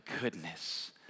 goodness